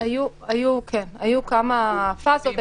היו כמה פאזות.